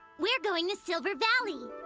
we're going to silver valley.